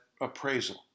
appraisal